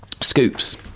scoops